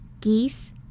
geese